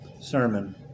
sermon